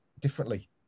differently